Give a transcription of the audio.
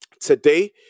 today